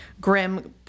Grim